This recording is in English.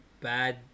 bad